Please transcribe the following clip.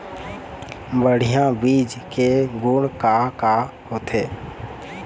बढ़िया बीज के गुण का का होथे?